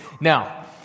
Now